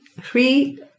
three